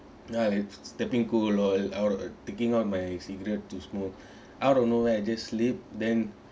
ya like stepping cool all like taking out my cigarette to smoke out of nowhere I just sleep then